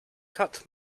cut